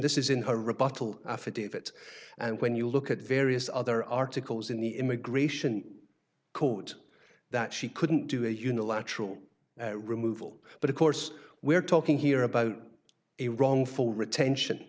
this is in her rebuttal affidavit and when you look at the various other articles in the immigration court that she couldn't do a unilateral removal but of course we're talking here about a wrongful retention